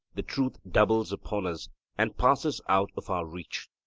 the truth doubles upon us and passes out of our reach.